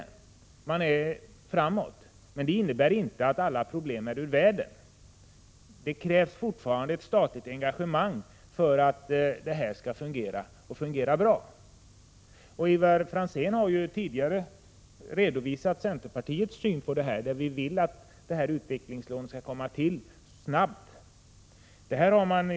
Tekoindustrin är framåt, men det innebär inte att alla problem är ur världen. Det krävs fortfarande ett statligt engagemang för att detta skall fungera, och fungera bra. Ivar Franzén har tidigare redovisat centerpartiets syn på detta. Vi vill att det här utvecklingslånet snabbt skall komma till.